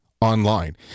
online